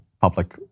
public